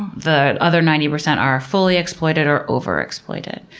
um the other ninety percent are fully exploited or overexploited.